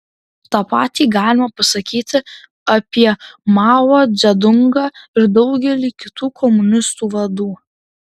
tą patį galima pasakyti apie mao dzedungą ir daugelį kitų komunistų vadų